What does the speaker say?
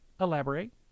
Elaborate